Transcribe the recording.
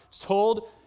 told